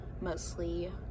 mostly